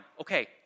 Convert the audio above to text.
okay